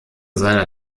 seiner